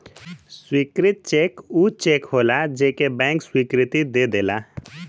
स्वीकृत चेक ऊ चेक होलाजे के बैंक स्वीकृति दे देला